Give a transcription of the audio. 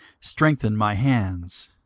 strengthen my hands.